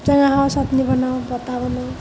টেঙা খাওঁ চাটনি বনাওঁ বা বটা বনাওঁ